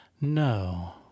no